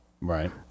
right